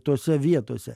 tose vietose